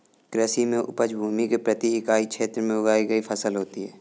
कृषि में उपज भूमि के प्रति इकाई क्षेत्र में उगाई गई फसल होती है